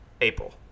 April